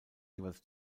jeweils